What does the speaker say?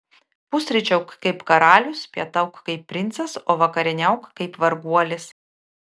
pusryčiauk kaip karalius pietauk kaip princas o vakarieniauk kaip varguolis